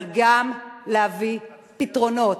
אבל גם להביא פתרונות,